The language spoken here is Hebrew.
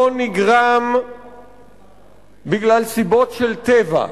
לא נגרם מסיבות של טבע,